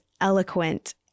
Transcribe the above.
eloquent